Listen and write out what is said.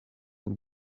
w’u